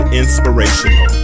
inspirational